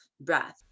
breath